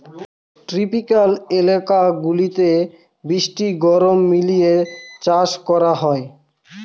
tropical এলাকা গুলাতে বৃষ্টি গরম মিলিয়ে চাষ করা হয়